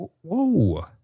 whoa